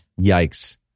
Yikes